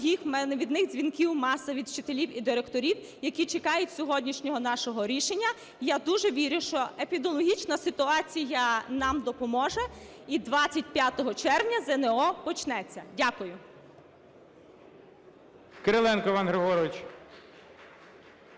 адже від них дзвінків маса – від вчителів і директорів, які чекають сьогоднішнього нашого рішення. Я дуже вірю, що епідеміологічна ситуація нам допоможе, і 25 червня ЗНО почнеться. Дякую.